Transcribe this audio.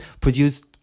produced